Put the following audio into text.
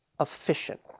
efficient